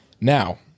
Now